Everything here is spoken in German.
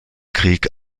krieg